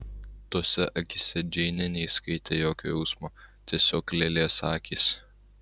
tose akyse džeinė neįskaitė jokio jausmo tiesiog lėlės akys